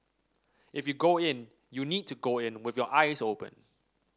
if you go in you need to go in with your eyes open